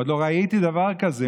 עוד לא ראיתי דבר כזה,